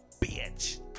bitch